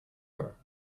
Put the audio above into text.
her